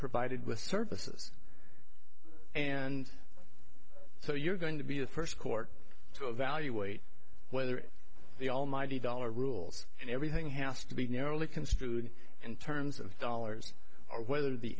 provided with services and so you're going to be the first court to evaluate whether the almighty dollar rules and everything has to be narrowly construed in terms of dollars or whether